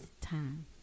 time